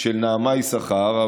של נעמה יששכר,